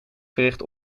verricht